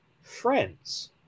friends